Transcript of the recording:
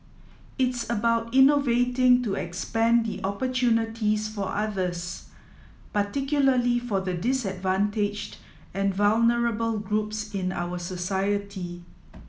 it's about innovating to expand the opportunities for others particularly for the disadvantaged and vulnerable groups in our society